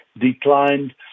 declined